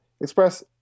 express